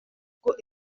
n’ubwo